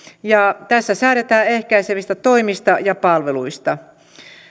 tässä säädetään ehkäisevistä toimista ja palveluista